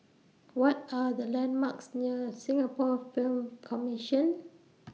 What Are The landmarks near Singapore Film Commission